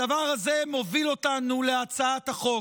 הדבר הזה מוביל אותנו להצעת החוק.